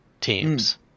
teams